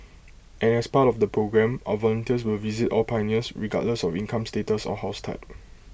and as part of the programme our volunteers will visit all pioneers regardless of income status or house type